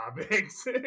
topics